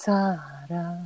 Sara